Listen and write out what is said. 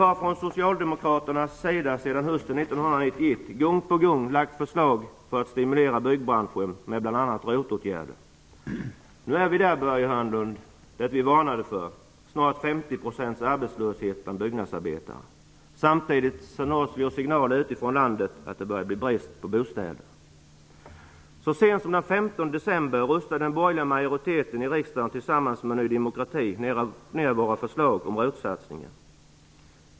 Från socialdemokraternas sida har vi sedan hösten 1991 gång på gång lagt fram förslag med bl.a. ROT åtgärder för att stimulera byggbranschen. Nu har vi kommit dit, Börje Hörnlund, som vi varnade för, med snart 50 % arbetslöshet bland byggnadsarbetarna. Samtidigt nås vi av signalen utifrån landet att det börjar bli brist på bostäder. Så sent som den 15 december röstade den borgerliga majoriteten i riksdagen tillsammans med Ny demokrati ner våra förslag om ROT-satsningar.